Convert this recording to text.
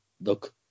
look